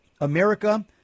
America